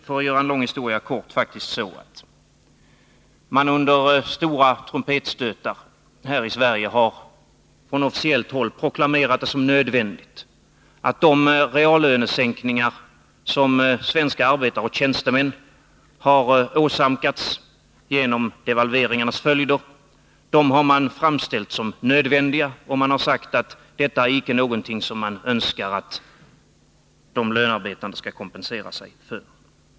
För att göra en lång historia kort är det faktiskt så att man från officiellt håll här i Sverige under stora trumpetstötar har proklamerat att de reallönesänkningar som svenska arbetare och tjänstemän har åsamkats genom devalveringarnas följder har varit nödvändiga. Man har sagt att detta icke är någonting som man önskar att de lönearbetande skall kompensera sig för.